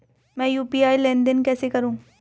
मैं यू.पी.आई लेनदेन कैसे करूँ?